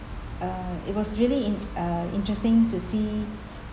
uh it was really in~ uh interesting to see